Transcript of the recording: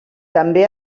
també